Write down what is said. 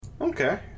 Okay